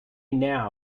now